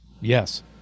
Yes